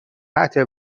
ابهت